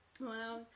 Wow